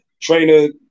Trainer